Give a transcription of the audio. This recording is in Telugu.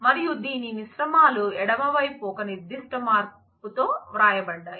మరియు దీని మిశ్రమాలు ఎడమ వైపు ఒక నిర్దిష్ట మార్పుతో వ్రాయబడ్డాయి